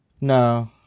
No